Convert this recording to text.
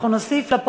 נא להוסיף את שמי.